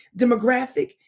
demographic